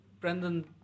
Brendan